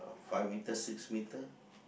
five metre six metre